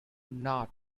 not